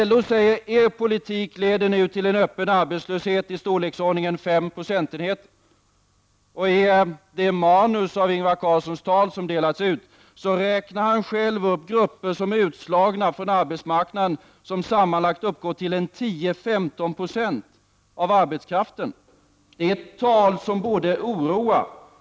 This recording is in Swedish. LO säger att er politik nu leder till en öppen arbetslöshet i storleksordningen 5 procentenheter. Och i det manus till Ingvar Carlssons tal som delats ut, räknar han själv upp grupper som är utslagna från arbetsmarknaden och som sammanlagt uppgår till 10—15 96 av arbetskraften. Det är tal som borde oroa.